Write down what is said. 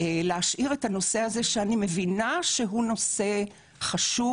להשאיר את הנושא הזה שאני מבינה שהוא נושא חשוב,